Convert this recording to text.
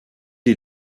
est